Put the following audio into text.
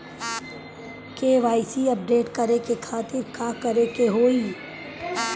KYC update करे के खातिर का करे के होई?